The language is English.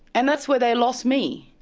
and that's where they lost me.